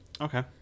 Okay